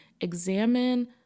examine